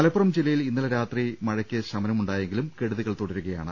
മലപ്പുറം ജില്ലയിൽ ഇന്നലെ രാത്രി മഴയിൽ അല്പം ശമ നമുണ്ടായെങ്കിലും കെടുതികൾ തുടരുകയാണ്